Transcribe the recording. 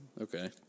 Okay